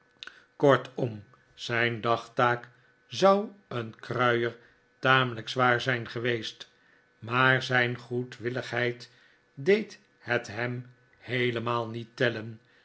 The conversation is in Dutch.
kortom zijn dagtaak zou voor een kruier tamelijk zwaar zijn geweest maar zijn goedwilligheid deed het hem heelemaal niet tellen